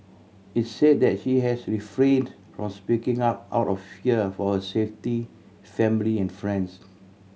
its said that she has refrained from speaking up out of fear for her safety family and friends